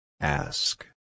Ask